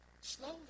slowly